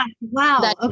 Wow